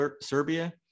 Serbia